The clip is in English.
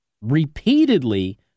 Repeatedly